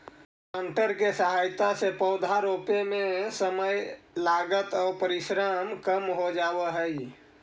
planter के सहायता से पौधा रोपे में समय, लागत आउ परिश्रम कम हो जावऽ हई